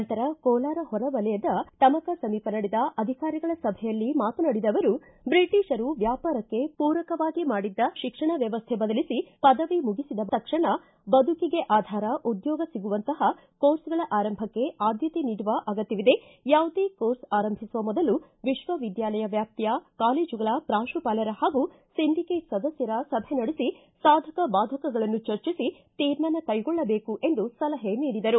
ನಂತರ ಕೋಲಾರ ಹೊರವಲಯದ ಟಮಕ ಸಮೀಪ ನಡೆದ ಅಧಿಕಾರಿಗಳ ಸಭೆಯಲ್ಲಿ ಮಾತನಾಡಿದ ಅವರು ಬ್ರಿಟೀಷರು ವ್ಯಾಪಾರಕ್ಕೆ ಪೂರಕವಾಗಿ ಮಾಡಿದ್ದ ಶಿಕ್ಷಣ ವ್ಯವಸ್ಥೆ ಬದಲಿಸಿ ಪದವಿ ಮುಗಿಸಿದ ತಕ್ಷಣ ಬದುಕಿಗೆ ಆಧಾರ ಉದ್ಯೋಗ ಸಿಗುವಂತಹ ಕೋರ್ಸುಗಳ ಆರಂಭಕ್ಕೆ ಆದ್ಯತೆ ನೀಡುವ ಅಗತ್ಯವಿದೆ ಯಾವುದೇ ಕೋರ್ಸ್ ಆರಂಭಿಸುವ ಮೊದಲು ವಿಶ್ವವಿದ್ಯಾಲಯ ವ್ಯಾಪಿಯ ಕಾಲೇಜುಗಳ ಪ್ರಾಂಶುಪಾಲರ ಹಾಗೂ ಸಿಂಡಿಕೇಟ್ ಸದಸ್ಯರ ಸಭೆ ನಡೆಸಿ ಸಾಧಕಗಳನ್ನು ಚರ್ಚಿಸಿ ತೀರ್ಮಾನ ಕೈಗೊಳ್ಳಬೇಕು ಎಂದು ಸಲಹೆ ನೀಡಿದರು